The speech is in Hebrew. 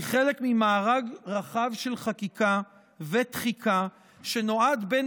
היא חלק ממארג רחב של חקיקה ותחיקה שנועד בין